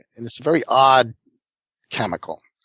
and it's a very odd chemical.